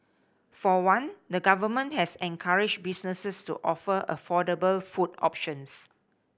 for one the Government has encouraged businesses to offer affordable food options